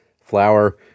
flour